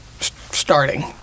starting